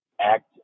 act